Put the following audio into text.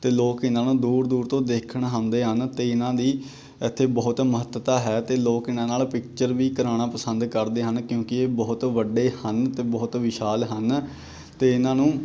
ਅਤੇ ਲੋਕ ਇਹਨਾਂ ਨੂੰ ਦੂਰ ਦੂਰ ਤੋਂ ਦੇਖਣ ਆਉਂਦੇ ਹਨ ਅਤੇ ਇਹਨਾਂ ਦੀ ਇੱਥੇ ਬਹੁਤ ਮਹੱਤਤਾ ਹੈ ਅਤੇ ਲੋਕ ਇਹਨਾਂ ਨਾਲ ਪਿਕਚਰ ਵੀ ਕਰਵਾਉਣਾ ਪਸੰਦ ਕਰਦੇ ਹਨ ਕਿਉਂਕਿ ਇਹ ਬਹੁਤ ਵੱਡੇ ਹਨ ਅਤੇ ਬਹੁਤ ਵਿਸ਼ਾਲ ਹਨ ਅਤੇ ਇਹਨਾਂ ਨੂੰ